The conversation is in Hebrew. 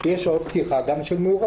יש שעות פתיחה של מעורבות.